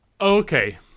Okay